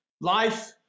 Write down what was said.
Life